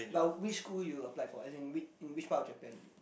but which school you applied for as in which in which part of Japan